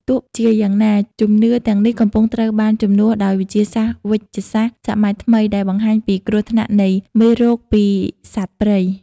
ទោះជាយ៉ាងណា ជំនឿទាំងនេះកំពុងត្រូវបានជំនួសដោយវិទ្យាសាស្ត្រវេជ្ជសាស្ត្រសម័យថ្មីដែលបង្ហាញពីគ្រោះថ្នាក់នៃមេរោគពីសត្វព្រៃ។